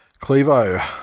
Clevo